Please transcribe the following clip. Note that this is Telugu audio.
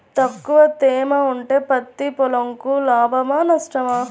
తక్కువ తేమ ఉంటే పత్తి పొలంకు లాభమా? నష్టమా?